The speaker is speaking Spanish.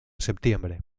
septiembre